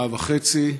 שעה וחצי,